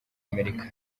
amerika